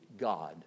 God